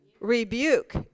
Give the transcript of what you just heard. Rebuke